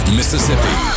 Mississippi